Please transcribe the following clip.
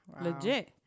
Legit